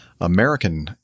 American